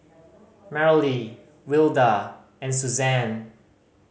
Merrilee Wilda and Suzanne